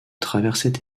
traversait